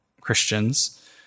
Christians